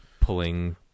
pulling